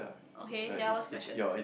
okay ya what's the question